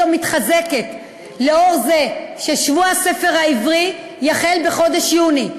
מתחזקת לאור זה ששבוע הספר העברי יחול בחודש יוני.